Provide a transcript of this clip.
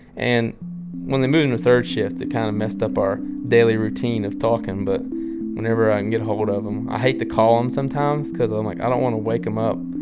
and when they moved him to third shift, it kind of messed up our daily routine of talking. but whenever i can get ahold of him i hate to call him sometimes cause i'm like, i don't want to wake him up.